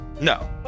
No